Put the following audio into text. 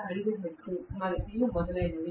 5 hertz మరియు మొదలగునవి